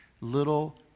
little